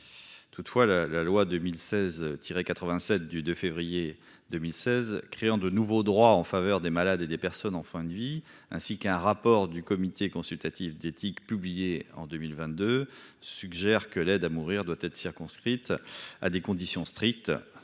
Toutefois la la loi 2016 87 du 2 février 2016, créant de nouveaux droits en faveur des malades et des personnes en fin de vie ainsi qu'un rapport du comité consultatif d'éthique, publié en 2022, suggère que l'aide à mourir doit être circonscrite à des conditions strictes